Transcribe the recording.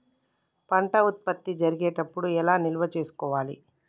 పంట ఉత్పత్తి జరిగేటప్పుడు ఎలా నిల్వ చేసుకోవాలి?